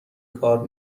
کار